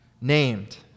named